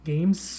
Games